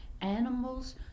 animals